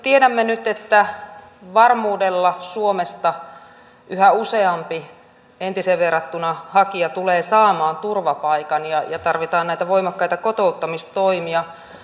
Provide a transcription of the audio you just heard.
tiedämme nyt että entiseen verrattuna varmuudella yhä useampi hakija tulee saamaan suomesta turvapaikan ja tarvitaan näitä voimakkaita kotouttamistoimia